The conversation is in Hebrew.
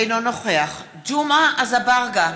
אינו נוכח ג'מעה אזברגה,